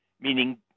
meaning